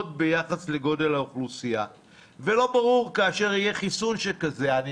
ביחס לגודל האוכלוסייה ולא ברור כאשר יהיה חיסון שכזה ושוב,